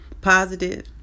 positive